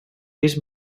pis